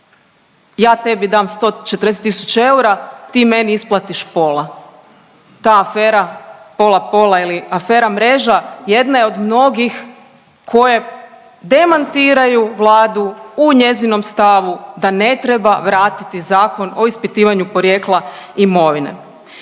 ja tebi dam 140 tisuća eura, ti meni isplatiš pola. Ta afera pola-pola ili afera mreža jedna je od mnogih koje demantiraju Vladu u njezinu stavu da ne treba vratiti Zakon o ispitivanju porijekla imovine.